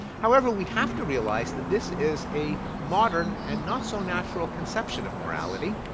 however we have to realize that this is a modern and not so natural conception of morality.